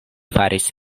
faris